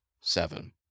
seven